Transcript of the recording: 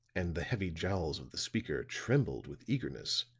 and the heavy jowls of the speaker trembled with eagerness,